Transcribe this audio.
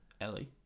Ellie